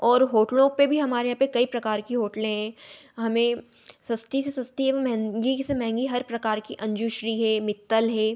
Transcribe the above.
और होटलों पर भी हमारे यहाँ पर कई प्रकार की होटलें हैं हमें सस्ती से सस्ती एवम महंगी से महंगी हर प्रकार की अंजू श्री है मित्तल है